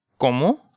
¿cómo